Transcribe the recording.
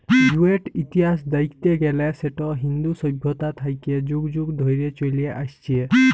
জুটের ইতিহাস দ্যাইখতে গ্যালে সেট ইন্দু সইভ্যতা থ্যাইকে যুগ যুগ ধইরে চইলে আইসছে